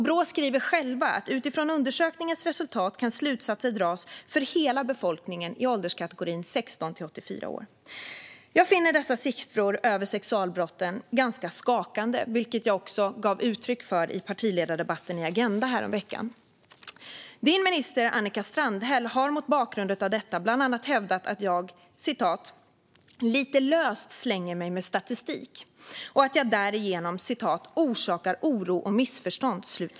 Brå skriver själv att utifrån undersökningens resultat kan slutsatser dras för hela befolkningen i ålderskategorin 16-84 år. Jag finner dessa siffror över sexualbrott ganska skakande, vilket jag också gav uttryck för i partiledardebatten i Agenda häromveckan. Din minister Annika Strandhäll har mot bakgrund av detta bland annat hävdat att jag "lite löst slänger mig med statistik" och att jag därigenom orsakar oro och missförstånd.